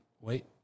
Wait